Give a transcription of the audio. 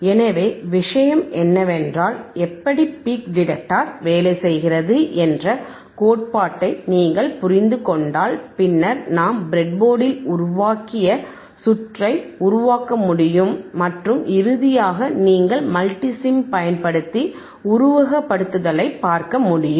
எனவே விஷயம் என்னவென்றால் எப்படி பீக் டிடெக்டர் வேலை செய்கிறது என்ற கோட்பாட்டை நீங்கள் புரிந்து கொள்ள கொண்டால் பின்னர் நாம் ப்ரெட்போர்டில் உருவாக்கிய சுற்றை உருவாக்க முடியும் மற்றும் இறுதியாக நீங்கள் மல்டிசிம் பயன்படுத்தி உருவகப்படுத்துதலைப் பார்க்க முடியும்